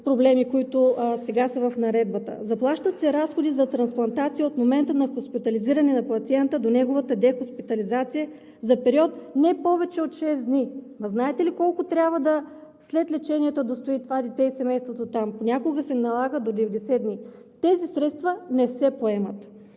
проблеми, които сега са в Наредбата. Заплащат се разходи за трансплантация от момента на хоспитализиране на пациента до неговата дехоспитализация за период не повече от шест дни. Знаете ли колко трябва това дете и семейството му да стои там след лечението? Понякога се налага до 90 дни. Тези средства не се поемат.